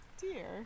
Dear